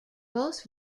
both